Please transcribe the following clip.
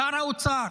שר האוצר?